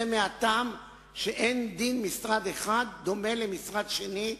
זה מהטעם שאין משרד אחד דומה למשרד שני,